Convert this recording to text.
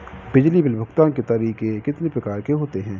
बिजली बिल भुगतान के तरीके कितनी प्रकार के होते हैं?